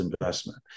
investment